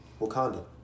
wakanda